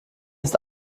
ist